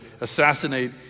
assassinate